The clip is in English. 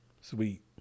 Sweet